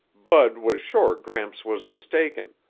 bud was sure gramps was mistaken,